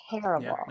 terrible